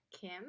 Kim